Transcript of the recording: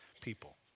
people